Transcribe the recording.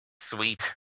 sweet